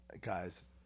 Guys